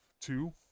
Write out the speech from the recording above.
Two